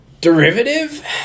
derivative